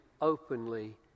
openly